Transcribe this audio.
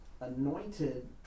anointed